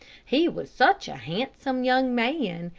he was such a handsome young man,